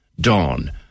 dawn